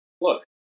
Look